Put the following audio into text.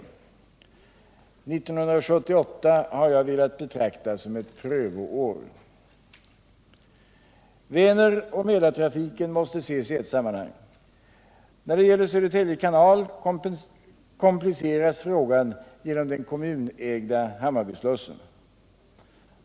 1978 har jag också velat betrakta som ett prövoår. Väneroch Mälartrafiken måste ses i ett sammanhang. När det gäller Södertälje kanal kompliceras frågan genom den kommunägda Hammarbyslussen.